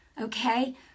okay